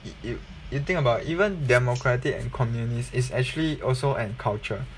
you you think about it even democratic and communist is actually also an culture